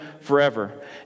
forever